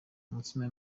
umutsima